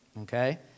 okay